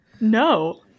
No